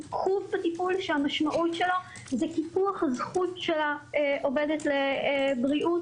עיכוב בטיפול שהמשמעות שלו היא קיפוח הזכות של העובדת לבריאות.